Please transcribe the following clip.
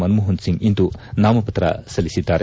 ಮನಮೋಹನ್ಸಿಂಗ್ ಇಂದು ನಾಮಪತ್ರ ಸಲ್ಲಿಸಿದ್ದಾರೆ